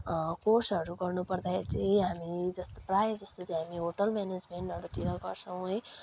कोर्सहरू गर्नुपर्दाखेरि चाहिँ हामी जस्तो प्रायःजस्तो चाहिँ हामी होटल म्यानेजमेन्टहरूतिर गर्छौँ है